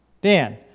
Dan